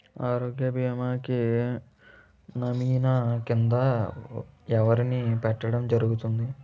ఆరోగ్య భీమా కి నామినీ కిందా ఎవరిని పెట్టడం జరుగతుంది?